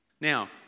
Now